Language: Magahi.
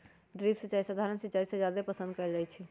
ड्रिप सिंचाई सधारण सिंचाई से जादे पसंद कएल जाई छई